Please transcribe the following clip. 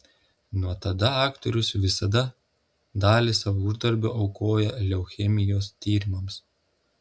nuo tada aktorius visada dalį savo uždarbio aukoja leukemijos tyrimams